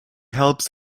helps